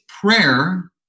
prayer